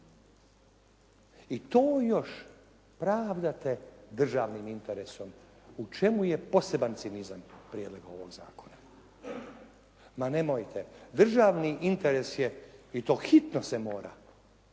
i to još pravdate državnim interesom u čemu je poseban cinizam prijedloga ovoga zakona. Ma nemojte, državni interes je i to hitno se mora.